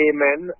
Amen